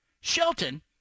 Shelton